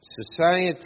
Society